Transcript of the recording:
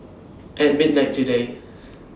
At midnight today